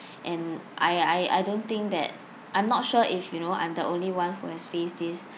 and I I I don't think that I'm not sure if you know I'm the only one who has faced this